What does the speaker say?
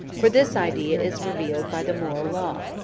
for this idea is revealed by the moral law.